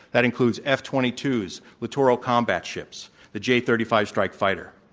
that includes f twenty two s, littoral combat ships, the j thirty five strike fighter.